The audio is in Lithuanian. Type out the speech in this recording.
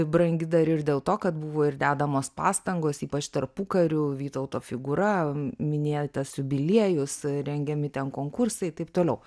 brangi dar ir dėl to kad buvo ir dedamos pastangos ypač tarpukariu vytauto figūra minėtas jubiliejus rengiami ten konkursai taip toliau